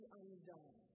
undone